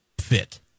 fit